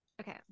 Okay